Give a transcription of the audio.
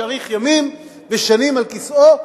שיאריך ימים ושנים על כיסאו,